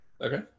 Okay